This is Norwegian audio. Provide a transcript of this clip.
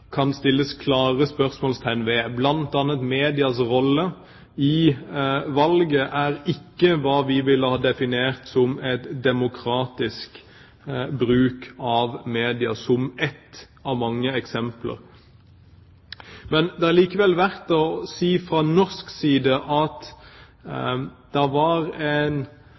kan man sette klare spørsmålstegn ved. Blant annet er medias rolle ved valget ikke hva vi ville ha definert som en demokratisk bruk av media – ett av mange eksempler. Men det er likevel verdt å si, fra norsk side, at det var en